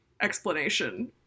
explanation